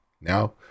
Now